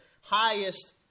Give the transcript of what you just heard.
highest